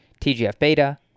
TGF-beta